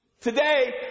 Today